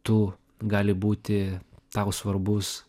tu gali būti tau svarbus